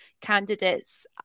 candidates